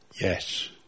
Yes